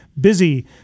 busy